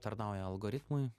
tarnauja algoritmui